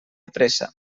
pressa